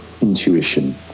intuition